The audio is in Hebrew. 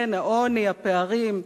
כן, העוני, הפערים,